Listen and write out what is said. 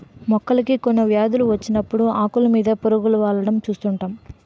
మొక్కలకి కొన్ని వ్యాధులు వచ్చినప్పుడు ఆకులు మీద పురుగు వాలడం చూస్తుంటాం